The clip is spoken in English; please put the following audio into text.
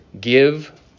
give